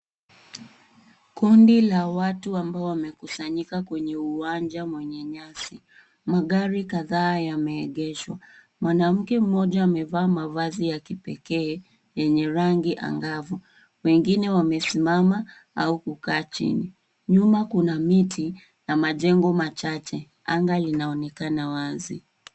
Kundi la watu ambao wamekusanyika kwenye uwanja wenye nyasi. Magari kadhaa yameegeshwa. Mwanamke mmoja amevaa mavazi ya kipekee yenye rangi angavu. Wengine wamesimama au kukaa chini. Nyuma kuna miti na majengo machache. Anga linaonekana wazi.